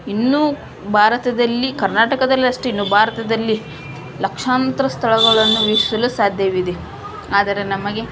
ಇನ್ನೂ ಭಾರತದಲ್ಲಿ ಕರ್ನಾಟಕದಲ್ಲಷ್ಟನ್ನು ಭಾರತದಲ್ಲಿ ಲಕ್ಷಾಂತರ ಸ್ಥಳಗಳನ್ನು ವೀಕ್ಷಿಸಲು ಸಾಧ್ಯವಿದೆ ಆದರೆ ನಮಗೆ